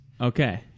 okay